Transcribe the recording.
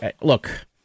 Look